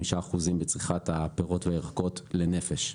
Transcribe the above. אחוזים בצריכת הפירות והירקות לנפש.